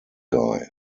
guy